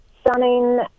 stunning